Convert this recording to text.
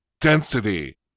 Density